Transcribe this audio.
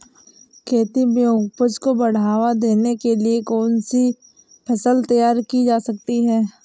खेती में उपज को बढ़ावा देने के लिए कौन सी फसल तैयार की जा सकती है?